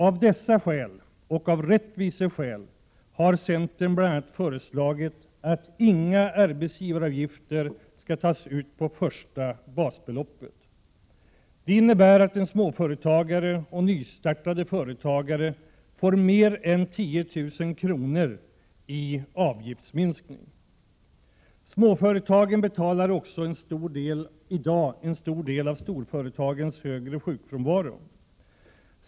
Av dessa skäl och av rättviseskäl har centern bl.a. föreslagit att inga arbetsgivaravgifter skall tas ut på första basbeloppet. Det innebär att småföretag och nystartade företag får mer än 10 000 kr. i avgiftsminskning. Småföretagen betalar också i dag en stor del av storföretagens högre sjukfrånvaro.